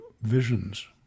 visions